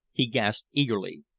he gasped eagerly.